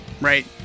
right